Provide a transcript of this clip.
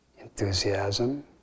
enthusiasm